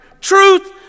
Truth